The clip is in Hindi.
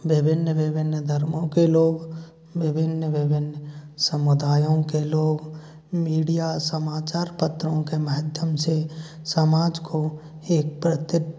विभिन्न विभिन्न वर्गों के लोग विभिन्न विभिन्न समुदायों के लोग मीडिया समाचार पत्रों के माध्यम से समाज को एक